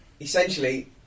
essentially